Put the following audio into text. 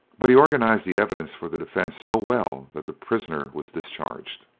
but he organised the evidence for the defence so well that the prisoner was discharged.